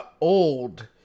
Old